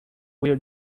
will